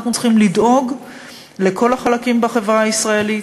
צריכים לדאוג לכל החלקים בחברה הישראלית,